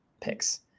picks